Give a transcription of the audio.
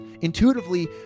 Intuitively